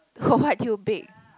what do you baked